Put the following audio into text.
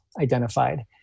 identified